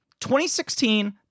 2016